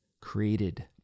created